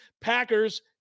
Packers